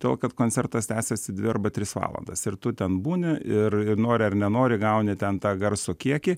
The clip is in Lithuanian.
todėl kad koncertas tęsiasi dvi arba tris valandas ir tu ten būni ir ir nori ar nenori gauni ten tą garso kiekį